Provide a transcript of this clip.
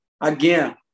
again